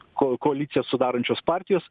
ko koaliciją sudarančios partijos